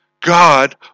God